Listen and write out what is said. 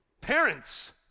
Parents